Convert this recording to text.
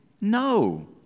No